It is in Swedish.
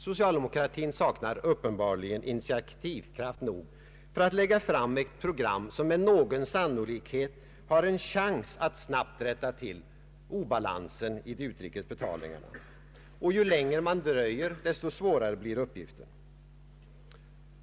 Socialdemokratin saknar uppenbarligen initiativkraft nog för att lägga fram ett program som med någon sannolikhet har en chans att snabbt rätta till obalansen i de utrikes betalningarna. Ju längre man dröjer desto svårare blir uppgiften.